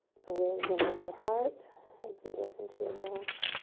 the wisdom of your heart as you listen to your breath.